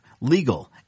legal